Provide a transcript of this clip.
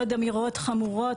עוד אמירות חמורות,